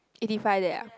eighty five there ah